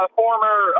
former